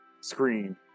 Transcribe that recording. screen